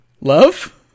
Love